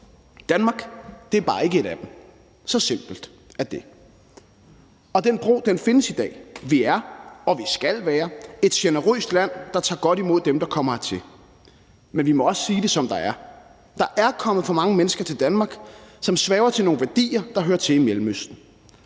Danmark er bare ikke et af dem. Så simpelt er det. Og den bro findes i dag. Vi er, og vi skal være, et generøst land, der tager godt imod dem, der kommer hertil. Men vi må også sige det, som det er: Der er kommet for mange mennesker til Danmark, som sværger til nogle værdier, der hører til i Mellemøsten.